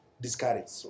discouraged